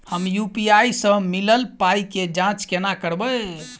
हम यु.पी.आई सअ मिलल पाई केँ जाँच केना करबै?